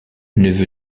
neveu